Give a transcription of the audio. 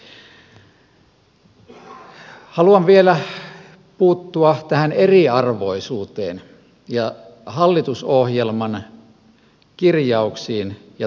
haluan vielä puuttua tähän eriarvoisuuteen ja hallitusohjelman kirjauksiin ja toteutukseen